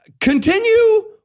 continue